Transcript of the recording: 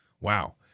Wow